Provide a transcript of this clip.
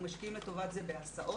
אנחנו משקיעים לטובת זה בהסעות,